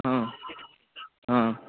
હઁ હઁ